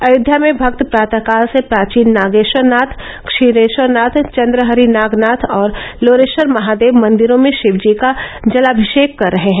अयोध्या में भक्त प्रातःकाल से प्राचीन नागेश्वर नाथ क्षीरेश्वर नाथ चन्द्रहरि नागनाथ और लोरेश्वर महादेव मन्दिरों में शिवजी का जलाभिषेक कर रहे हैं